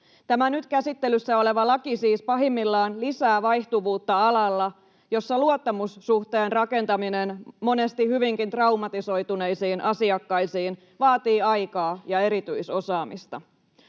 Tämä nyt käsittelyssä oleva laki siis pahimmillaan lisää vaihtuvuutta alalla, jossa luottamussuhteen rakentaminen monesti hyvinkin traumatisoituneisiin asiakkaisiin vaatii aikaa ja erityisosaamista.